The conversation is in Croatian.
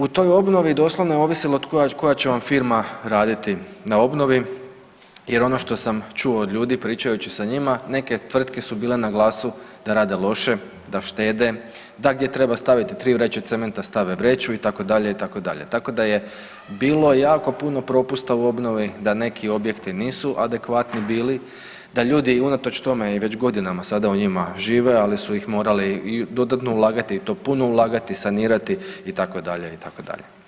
U toj obnovi doslovno je ovisilo koja će vam firma raditi na obnovi, jer ono što sam čuo od ljudi pričajući sa njima neke tvrtke su bile na glasu da rade loše, da štede, da gdje treba staviti 3 vreće cementa stave vreću itd., itd. tako da je bilo jako puno propusta u obnovi da neki objekti nisu adekvatni bili, da ljudi unatoč tome i već godinama sada u njima žive ali su ih morali i dodatno ulagati i to puno ulagati, sanirati itd., itd.